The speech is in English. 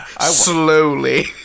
Slowly